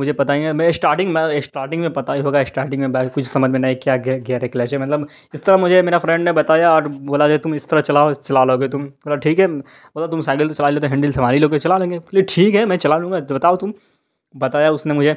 مجھے پتہ ہی نہیں میرے اسٹارٹنگ اسٹارٹنگ میں پتہ ہی ہوگا اسٹارٹنگ میں بائک کچھ سمجھ میں نہیں کیا گیئر کیا کلیچ ہے مطلب اس طرح مجھے میرا فرینڈ نے بتایا اور بولا جو تم اس طرح چلاؤ چلا لو گے تم بولا ٹھیک ہے بولا تم سائکل تو چلا ہی لیتے ہو ہنڈل سنبھال ہی لو گے چلا لو گے یہ ٹھیک ہے میں چلا لوں گا تو بتاؤ تم بتایا اس نے مجھے